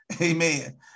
Amen